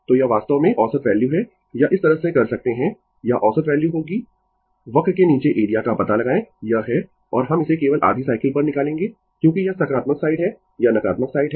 तो यह वास्तव में औसत वैल्यू है या इस तरह से कर सकते है या औसत वैल्यू होगी वक्र के नीचे एरिया का पता लगाएं यह है और हम इसे केवल आधी साइकिल पर निकालेंगें क्योंकि यह सकारात्मक साइड है यह नकारात्मक साइड है